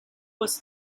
was